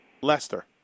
Lester